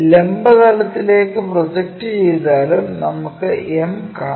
ലംബ തലത്തിലേക്ക് പ്രൊജക്റ്റ് ചെയ്താലും നമുക്ക് m കാണാം